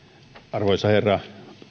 arvoisa herra